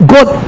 God